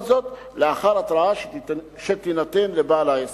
כל זאת, לאחר התראה שתינתן לבעל העסק.